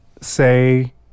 say